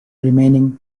remaining